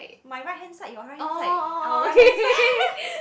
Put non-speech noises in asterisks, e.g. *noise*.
my right hand side your right hand side our right hand side *noise*